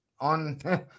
on